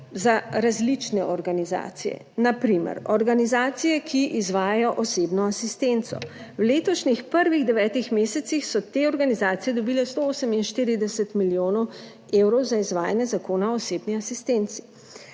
za različne organizacije, na primer organizacije, ki izvajajo osebno asistenco. V letošnjih prvih 9-ih mesecih so te organizacije dobile 148 milijonov evrov za izvajanje zakona o osebni asistenci.